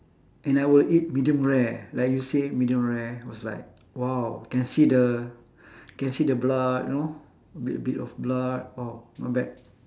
and I will eat medium rare like you say medium rare was like !wow! can see the can see the blood you know a bit a bit of blood !wow! not bad